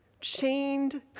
chained